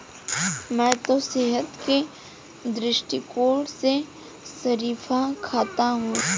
मैं तो सेहत के दृष्टिकोण से शरीफा खाता हूं